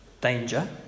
danger